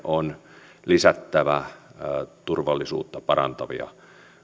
on lisättävä turvallisuutta parantavia